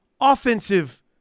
offensive